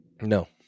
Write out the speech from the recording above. No